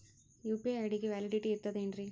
UPI ID ಗೆ validity ಇರತದ ಏನ್ರಿ?